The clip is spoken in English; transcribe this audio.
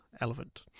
elephant